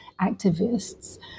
activists